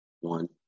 One